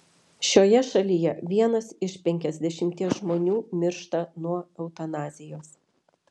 šioje šalyje vienas iš penkiasdešimties žmonių miršta nuo eutanazijos